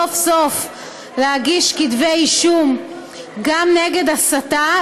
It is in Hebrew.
סוף-סוף להגיש כתבי אישום גם נגד הסתה,